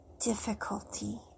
difficulty